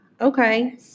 Okay